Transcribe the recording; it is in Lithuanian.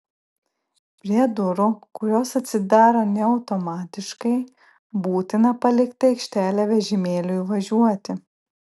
prie durų kurios atsidaro ne automatiškai būtina palikti aikštelę vežimėliui važiuoti